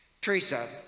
Teresa